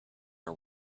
are